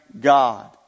God